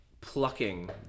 Plucking